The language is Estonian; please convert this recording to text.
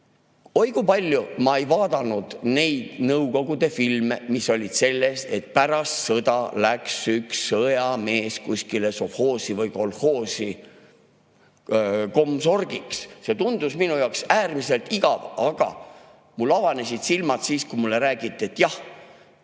oi kui palju. Ma ei vaadanud neid Nõukogude filme, mis olid sellest, et pärast sõda läks üks sõjamees kuskile sovhoosi või kolhoosi komsorgiks. See tundus mulle äärmiselt igav. Aga mul avanesid silmad siis, kui mulle räägiti, et see